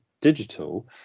digital